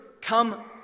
come